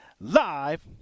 live